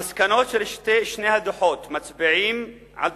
המסקנות של שני הדוחות מצביעות: